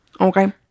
Okay